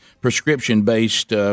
prescription-based